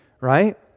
right